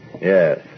Yes